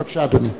בבקשה, אדוני.